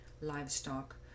livestock